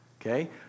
Okay